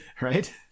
right